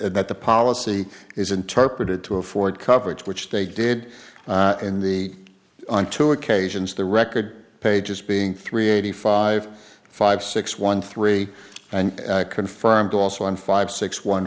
that the policy is interpreted to afford coverage which they did in the on two occasions the record pages being three eighty five five six one three and confirmed also on five six one